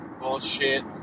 bullshit